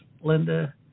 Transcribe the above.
Linda